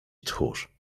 tchórz